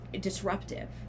disruptive